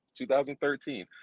2013